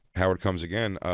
howard comes again. ah,